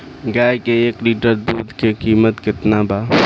गाय के एक लीटर दुध के कीमत केतना बा?